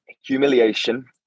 humiliation